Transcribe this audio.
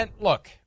look